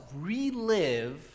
relive